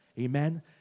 Amen